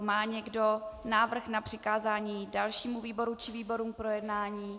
Má někdo návrh na přikázání dalšímu výboru či výborům k projednání?